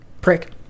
Prick